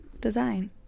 design